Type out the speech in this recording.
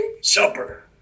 supper